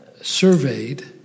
surveyed